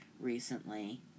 recently